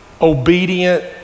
obedient